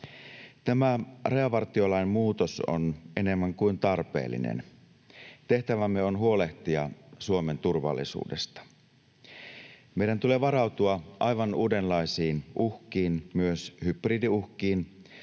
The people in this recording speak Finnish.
Tämä rajavartiolain muutos on enemmän kuin tarpeellinen. Tehtävämme on huolehtia Suomen turvallisuudesta. Meidän tulee varautua aivan uudenlaisiin uhkiin, myös hybridiuhkiin,